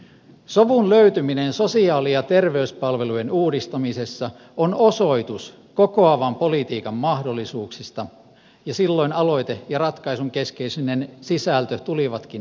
sovun löytyminen sosiaali ja terveyspalvelujen uudistamisessa on osoitus kokoavan politiikan mahdollisuuksista ja silloin aloite ja ratkaisun keskeinen sisältö tulivatkin oppositiolta